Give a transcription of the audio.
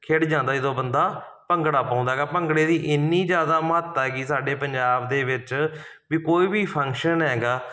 ਖਿੜ ਜਾਂਦਾ ਜਦੋਂ ਬੰਦਾ ਭੰਗੜਾ ਪਾਉਂਦਾ ਹੈਗਾ ਭੰਗੜੇ ਦੀ ਇੰਨੀ ਜ਼ਿਆਦਾ ਮਹੱਤਤਾ ਹੈਗੀ ਸਾਡੇ ਪੰਜਾਬ ਦੇ ਵਿੱਚ ਵੀ ਕੋਈ ਵੀ ਫੰਕਸ਼ਨ ਹੈਗਾ